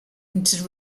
into